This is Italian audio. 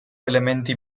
elementi